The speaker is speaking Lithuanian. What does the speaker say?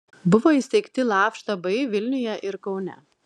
buvo įsteigti laf štabai vilniuje ir kaune